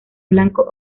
blanco